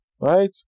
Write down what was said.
Right